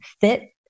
fit